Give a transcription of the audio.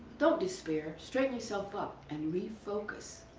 don't despair, straighten yourself up and refocus.